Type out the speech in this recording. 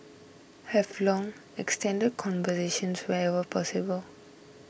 have long extended conversations wherever possible